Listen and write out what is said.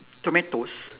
tomatoes